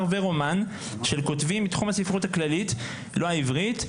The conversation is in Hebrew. ורומן של כותבים מתחום הספרות הכללית לא העברית.